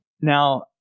Now